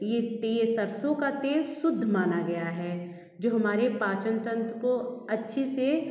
ये तेल सरसों का तेल शुद्ध माना गया है जो हमारे पाचन तंत्र को अच्छे से